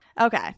Okay